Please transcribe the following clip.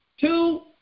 two